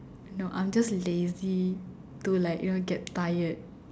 no I'm just lazy to like you know get tired